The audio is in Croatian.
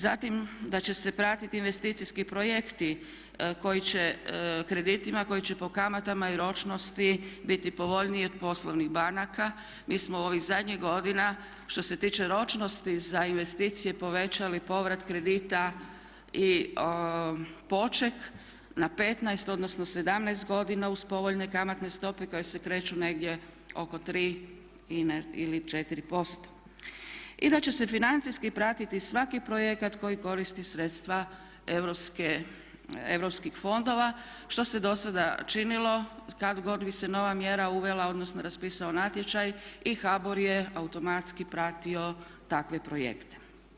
Zatim da će se pratiti investicijski projekti koji će kreditima koji će po kamatama i ročnosti biti povoljniji od poslovnih banaka, mi smo u ovih zadnjih godina što se tiče ročnosti za investicije povećali povrat kredita i poček na 15 odnosno 17 godina uz povoljne kamatne stope koje se kreću negdje oko 3 ili 4%, i da će se financijski pratiti svaki projekat koji koristi sredstva europskih fondova što se dosada činilo kad god bi se nova mjera uvela odnosno raspisao natječaj i HBOR je automatski pratio takve projekte.